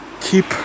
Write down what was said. Keep